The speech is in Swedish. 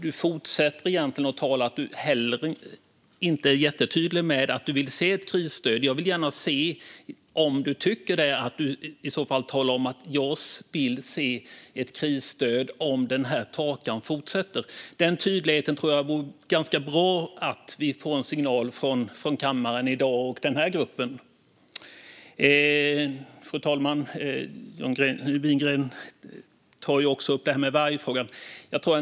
Du fortsätter egentligen att tala på ett sätt som gör att du inte är jättetydlig med att du vill se ett krisstöd. Jag vill gärna veta om du vill se ett sådant. Tala i så fall om att du vill se ett krisstöd om torkan fortsätter! Jag tror att den tydligheten vore ganska bra, för det vore bra om det blev en signal från kammaren och den här gruppen i dag. Fru talman! John Widegren tar också upp vargfrågan.